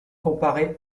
comparé